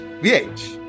V-H